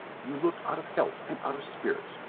you look out of health and out of spirits.